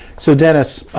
so, dennis,